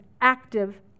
active